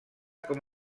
com